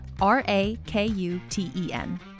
R-A-K-U-T-E-N